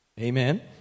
Amen